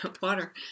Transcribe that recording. water